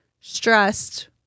stressed